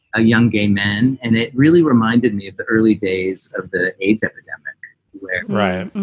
young gay men. and it really reminded me of the early days of the aids epidemic where